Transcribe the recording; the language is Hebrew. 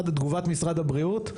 "תגובת משרד הבריאות: